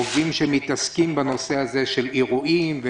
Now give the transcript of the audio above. עובדים שמתעסקים בנושא הזה של אירועים,